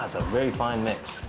a very fine mix.